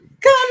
Come